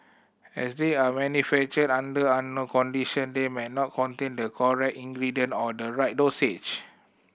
as they are manufactured under unknown condition they may not contain the correct ingredientor the right dosage